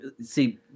See